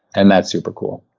and that's super cool.